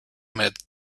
met